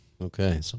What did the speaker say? Okay